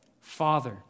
Father